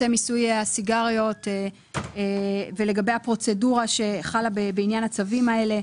מיסוי הסיגריות ולגבי הפרוצדורה שחלה בעניין הצווים האלה.